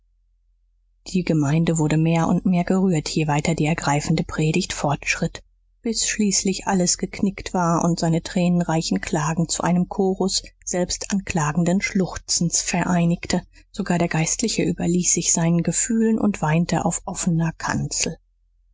die gemeinde wurde mehr und mehr gerührt je weiter die ergreifende predigt fortschritt bis schließlich alles geknickt war und seine tränenreichen klagen zu einem chorus selbstanklagenden schluchzens vereinigte sogar der geistliche überließ sich seinen gefühlen und weinte auf offener kanzel